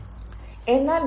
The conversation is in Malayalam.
You do not like me do you